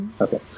Okay